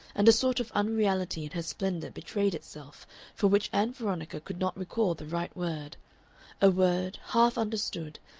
and a sort of unreality in her splendor betrayed itself for which ann veronica could not recall the right word a word, half understood,